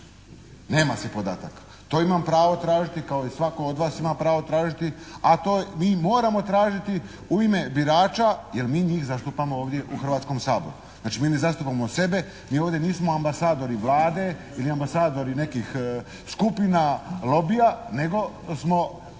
Nema se podataka. To imam pravo tražiti kao i svatko od vas ima pravo tražiti, a to mi moramo tražiti u ime birača jer mi njih zastupamo ovdje u Hrvatskom saboru. Znači mi ne zastupamo sebe, mi ovdje nismo ambasadori Vlade ili ambasadori nekih skupina, lobija, nego smo